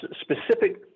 specific